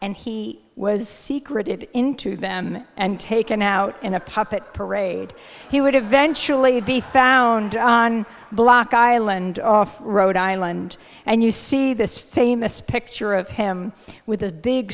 and he was secret into them and taken out in a puppet parade he would eventually be found on block island rhode island and you see this famous picture of him with a big